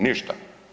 ništa.